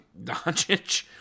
Doncic